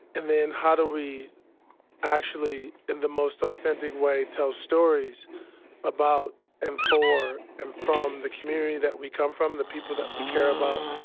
and then how do we actually, in the most authentic way, tell stories about and for and from the community that we come from, the people that we care about,